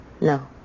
No